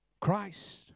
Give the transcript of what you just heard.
Christ